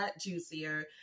juicier